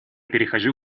перехожу